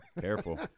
Careful